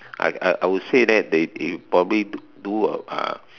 I I I would say that they probably do uh